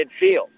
midfield